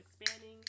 expanding